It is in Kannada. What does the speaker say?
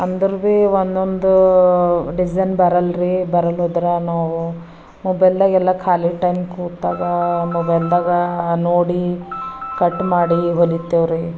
ಅಂದರೂ ಭೀ ಒಂದೊಂದು ಡಿಸೈನ್ ಬರಲ್ರಿ ಬರಲೂದರ ನಾವು ಮೊಬೈಲ್ದಾಗೆಲ್ಲ ಖಾಲಿ ಟೈಮ್ ಕೂತಾಗ ಮೊಬೈಲ್ದಾಗ ನೋಡಿ ಕಟ್ ಮಾಡಿ ಹೊಲಿತೇವ್ರಿ